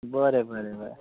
बरें बरें हय